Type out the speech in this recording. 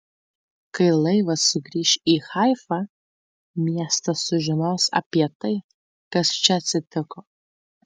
kai laivas sugrįš į haifą miestas sužinos apie tai kas čia atsitiko